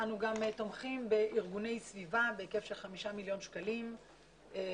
אנו גם תומכים בארגוני סביבה בהיקף של חמישה מיליון שקלים וזה